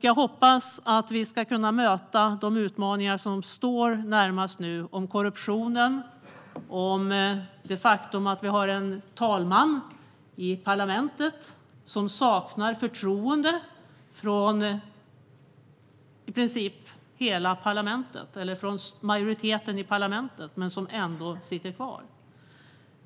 Jag hoppas att vi ska kunna möta de aktuella utmaningarna vad gäller korruptionen och det faktum att vi har en talman i parlamentet som inte åtnjuter parlamentsmajoritetens förtroende men ändå sitter kvar.